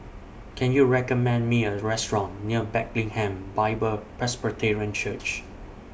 Can YOU recommend Me A Restaurant near Bethlehem Bible Presbyterian Church